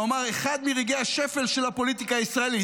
הוא אמר: אחד מרגעי השפל של הפוליטיקה הישראלית,